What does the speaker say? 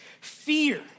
fear